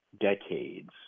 decades